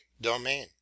domain